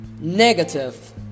Negative